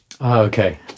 okay